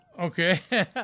Okay